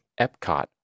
Epcot